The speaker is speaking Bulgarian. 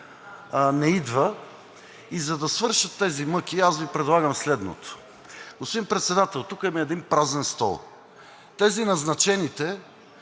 не идва. И за да свършат тези мъки, Ви предлагам следното. Господин Председател, тук има един празен стол. Тези, назначените,